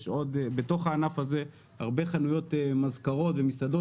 בתוך הענף הזה יש הרבה חנויות מזכרות ומסעדות